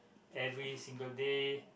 every single day